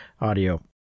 audio